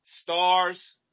Stars